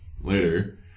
later